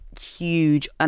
Huge